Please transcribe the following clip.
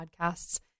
podcasts